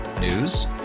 News